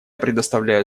предоставляю